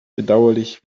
bedauerlich